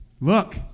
Look